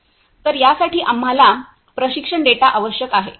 तर यासाठी आम्हाला प्रशिक्षण डेटा आवश्यक आहे